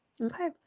Okay